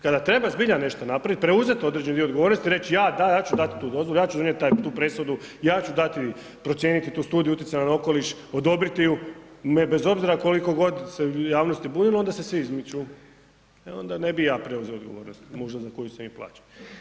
Kada treba zbilja nešto napravit, preuzet određeni dio odgovornosti i reći ja, da ja ću dat tu dozvolu ja ću donijeti tu presudu, ja ću dati, procijeniti tu studiju utjecaja na okoliš, odobriti ju bez obzira koliko god se u javnosti bunilo onda se svi izmiču, e onda ne bi ja preuzeo odgovornost možda za koju sam i plaćen.